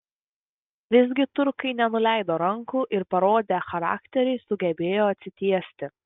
visgi turkai nenuleido rankų ir parodę charakterį sugebėjo atsitiesti